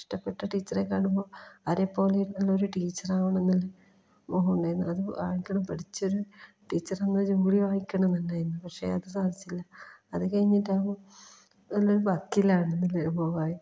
ഇഷ്ടപ്പെട്ട ടീച്ചറെ കാണുമ്പോൾ അവരെ പോലെ നല്ലൊരു ടീച്ചറാകണമെന്ന് ഒരു മോഹമുണ്ടായിരുന്നു അത് പഠിച്ചൊരു ടീച്ചറായിട്ട് ജോലി വാങ്ങിക്കണമെന്നുണ്ടായിരുന്നു പക്ഷേ അത് സാധിച്ചില്ല അത് കഴിഞ്ഞിട്ടാകുമ്പോൾ നല്ലൊരു വക്കീലാകണമെന്ന് എന്നുള്ളൊരു മോഹമായി